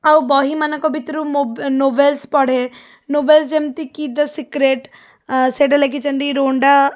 ଆଉ ବହିମାନଙ୍କ ଭିତରୁ ନୋଵେଲ୍ସ ପଢ଼େ ନୋଵେଲ୍ସ ଯେମତି କି ଦ ସିକ୍ରେଟ ସେଇଟା ଲେଖିଛନ୍ତି ରୋନଡ୍ଡା